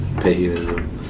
Paganism